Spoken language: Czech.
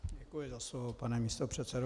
Děkuji za slovo, pane místopředsedo.